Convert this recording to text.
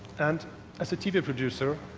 and as a tv producer,